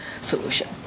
solution